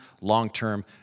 long-term